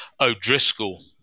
O'Driscoll